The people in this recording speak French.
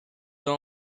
ans